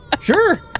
Sure